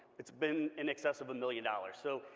it's been in excess of a million dollars. so